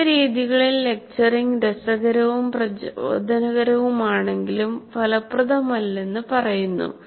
ചില രീതികളിൽ ലെക്ച്ചറിങ് രസകരവും പ്രചോദനകരവുമാണെങ്കിലും ഫലപ്രദമല്ലെന്ന് പറയുന്നു